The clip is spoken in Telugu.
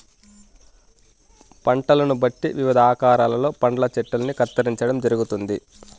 పంటలను బట్టి వివిధ ఆకారాలలో పండ్ల చెట్టల్ని కత్తిరించడం జరుగుతుంది